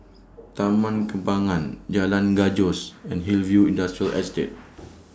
Taman Kembangan Jalan Gajus and Hillview Industrial Estate